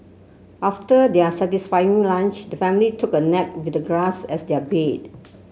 after their satisfying lunch the family took a nap with the grass as their bed